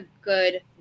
good